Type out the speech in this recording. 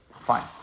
fine